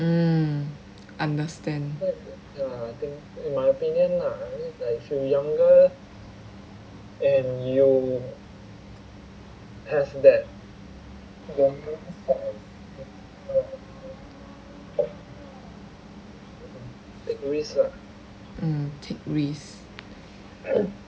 mm understand mm take risk